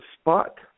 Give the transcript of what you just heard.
Spot